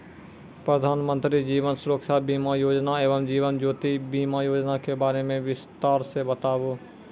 प्रधान मंत्री जीवन सुरक्षा बीमा योजना एवं जीवन ज्योति बीमा योजना के बारे मे बिसतार से बताबू?